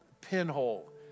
pinhole